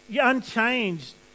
unchanged